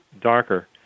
darker